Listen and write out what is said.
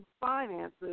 finances